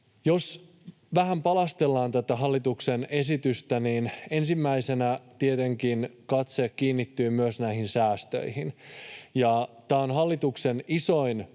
Jos vähän palastellaan tätä hallituksen esitystä, niin ensimmäisenä tietenkin katse kiinnittyy myös näihin säästöihin. Tämä on hallituksen isoin leikkaus